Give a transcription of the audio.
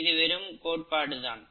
இது வெறும் கோட்பாடு தான்